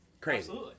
Crazy